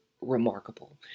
remarkable